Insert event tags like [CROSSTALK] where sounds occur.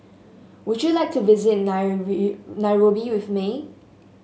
would you like to visit [UNINTELLIGIBLE] Nairobi with me